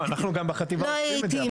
לא, אנחנו גם בחטיבה עושים את זה.